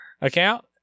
account